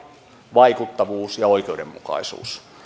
vaikuttavuus ja oikeudenmukaisuus